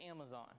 Amazon